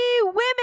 women